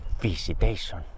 visitation